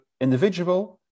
individual